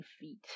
feet